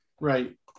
Right